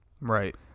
Right